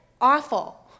awful